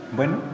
Bueno